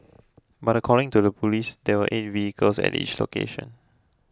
but according to the police there were eight vehicles at each location